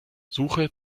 suche